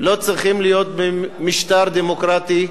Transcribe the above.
לא צריכות להיות במשטר דמוקרטי.